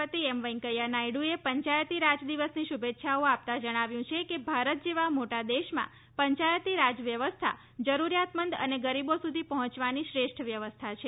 પતિ એમ વૈકૈંયા નાયડુએ પંચાયતી રાજ દિવસની શુભેચ્છાઓ આપતાં જણાવ્યું છે કે ભારત જેવા મોટા દેશમાં પંચાયતી રાજ વ્યવસ્થા જરૂરિયાત મંદ અને ગરીબો સુધી પહોંચવાની શ્રેષ્ઠ વ્યવસ્થા છે